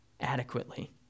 adequately